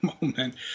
moment